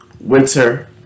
winter